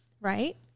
right